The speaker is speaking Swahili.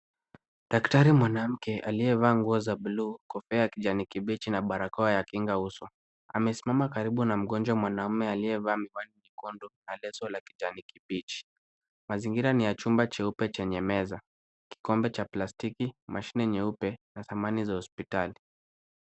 Daktari mwanamke aliyevaa nguo za buluu, kofia ya kijani kibichi na barakoa ya kinga uso, amesimama karibu na mgojwa mwanaume aliyevaa miwani miekundu na leso la kijani kibichi. Mazingira ni ya chumba cheupe chenye meza, kikombe cha plastiki, mashine nyeupe na samani za hospitali.